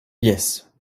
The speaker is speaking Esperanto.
jes